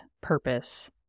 purpose